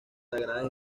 sagradas